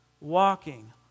walking